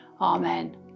Amen